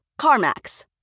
CarMax